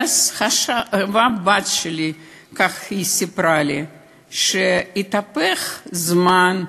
ואז הבת שלי, כך היא סיפרה לי, שהתהפך הזמן,